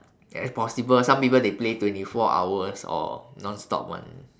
ya it's possible some people they play twenty four hours or non-stop [one]